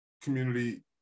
community